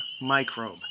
microbe